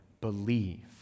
believe